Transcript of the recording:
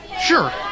Sure